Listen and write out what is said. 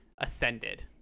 ascended